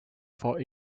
for